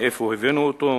מאיפה הבאנו אותו.